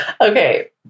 okay